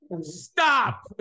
Stop